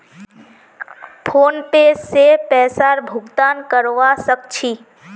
PhonePe से पैसार भुगतान करवा सकछी